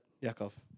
Yakov